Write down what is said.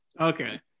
Okay